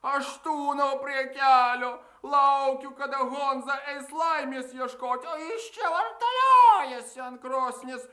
aš tūnau prie kelio laukiu kada honza eis laimės ieškoti o jis čia vartaliojasi ant krosnies